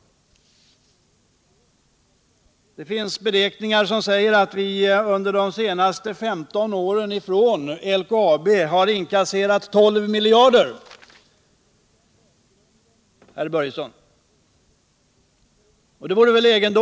Det finns beräkningar som säger att vi undér de senaste 15 åren från LKAB har inkasserat 12 miljarder, Fritz Börjesson.